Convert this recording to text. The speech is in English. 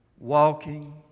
Walking